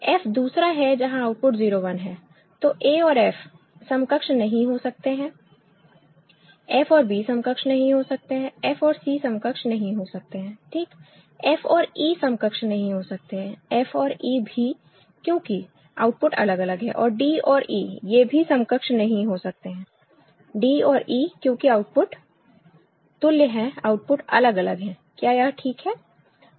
f दूसरा है जहां आउटपुट 0 1 है तो a और f समकक्ष नहीं हो सकते हैं f और b समकक्ष नहीं हो सकते हैं f और c समकक्ष नहीं हो सकते हैं ठीक f और e समकक्ष नहीं हो सकते हैं f और e भी क्योंकि आउटपुट अलग अलग है और d और e ये भी समकक्ष नहीं हो सकते हैं d और e क्योंकि आउटपुट तुल्य हैं आउटपुट अलग अलग हैं क्या यह ठीक है